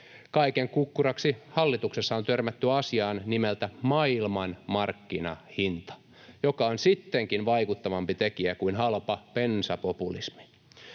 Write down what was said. Kaiken kukkuraksi hallituksessa on törmätty asiaan nimeltä ”maailmanmarkkinahinta”, joka on sittenkin vaikuttavampi tekijä kuin halpa bensapopulismi.